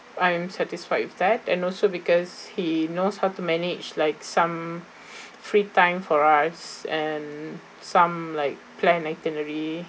I am satisfied with that and also because he knows how to manage like some free time for us and some like planned itinerary